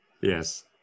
Yes